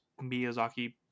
Miyazaki